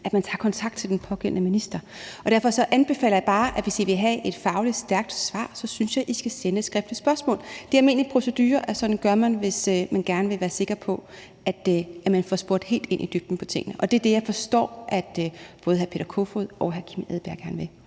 at man tager kontakt til den pågældende minister. Derfor anbefaler jeg bare at sende et skriftligt spørgsmål, hvis I vil have et fagligt stærkt svar. Det er almindelig procedure, at sådan gør man, hvis man gerne vil være sikker på, at man får spurgt helt i dybden om tingene, og det er det, jeg forstår at både hr. Peter Kofod og hr. Kim Edberg Andersen